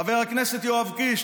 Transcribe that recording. חבר הכנסת יואב קיש,